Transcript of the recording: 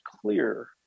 clear